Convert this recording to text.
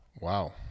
wow